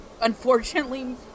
unfortunately